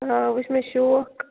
آ وۄنۍ چھُ مےٚ شوق